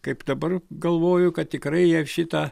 kai dabar galvoju kad tikrai jie šitą